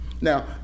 Now